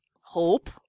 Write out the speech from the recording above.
hope